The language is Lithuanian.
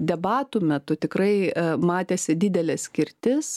debatų metu tikrai matėsi didelė skirtis